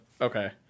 Okay